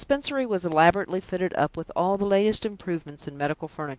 the dispensary was elaborately fitted up with all the latest improvements in medical furniture.